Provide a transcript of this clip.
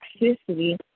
toxicity